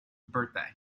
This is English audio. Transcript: birthday